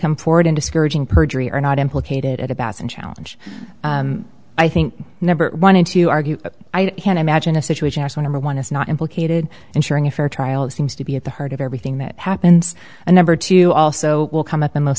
come forward in discouraging perjury or not implicated at about and challenge i think number one and to argue i can't imagine a situation when one is not implicated ensuring a fair trial it seems to be at the heart of everything that happens and number two also will come up in most